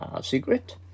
secret